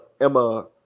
Emma